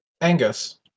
Angus